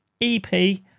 EP